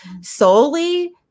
solely